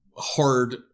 hard